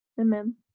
Amen